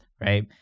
right